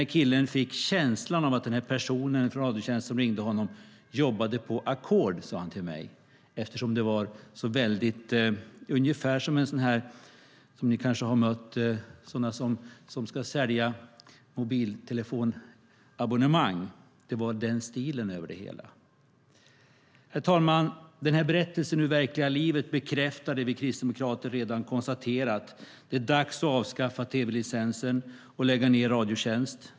Killen fick känslan av att personen från Radiotjänst som ringde honom jobbade på ackord, sade han till mig, eftersom det var ungefär som när de ringer och säljer mobiltelefonabonnemang. Ni kanske har mött dem. Det var den stilen över det hela. Herr talman! Denna berättelse ur verkliga livet bekräftar det vi kristdemokrater redan har konstaterat. Det är dags att avskaffa tv-licensen och lägga ned Radiotjänst.